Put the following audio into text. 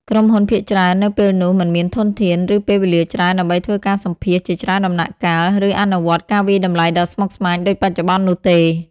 ក្រុមហ៊ុនភាគច្រើននៅពេលនោះមិនមានធនធាន ឬពេលវេលាច្រើនដើម្បីធ្វើការសម្ភាសន៍ជាច្រើនដំណាក់កាល ឬអនុវត្តការវាយតម្លៃដ៏ស្មុគស្មាញដូចបច្ចុប្បន្ននោះទេ។